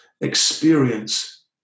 experience